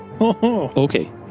Okay